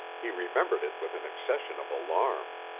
he remembered it with an accession of alarm.